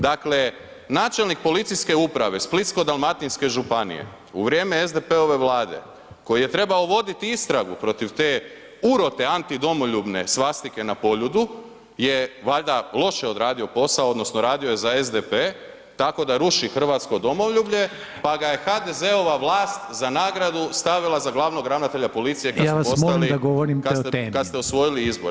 Dakle, načelnik policijske uprave Splitsko-dalmatinske županije u vrijeme SDP-ove Vlade koji je trebao vidjeti istragu protiv te urote antidomoljubne svastike na Poljudu je valjda loše odradio posao odnosno radio je za SDP tako da ruši hrvatsko domoljublje pa ga je HDZ-ova vlas za nagradu stavila za glavnog ravnatelja policije kad ste osvojili izbore.